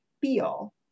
feel